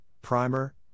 primer